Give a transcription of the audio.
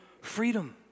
freedom